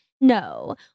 No